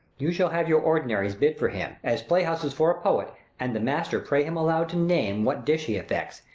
you shall have your ordinaries bid for him, as play-houses for a poet and the master pray him aloud to name what dish he affects,